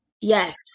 Yes